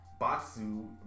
Batsu